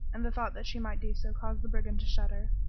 and the thought that she might do so caused the brigand to shudder.